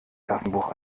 klassenbuch